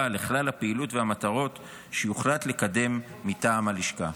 לכלל הפעילויות והמטרות שיוחלט לקדם מטעם הלשכה.